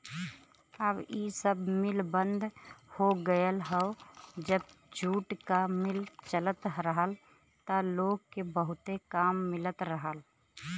अब इ सब मिल बंद हो गयल हौ जब जूट क मिल चलत रहल त लोग के बहुते काम मिलत रहल